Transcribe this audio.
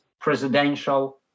presidential